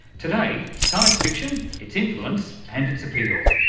today, science fiction, its influence and its appeal.